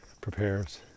prepares